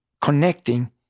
connecting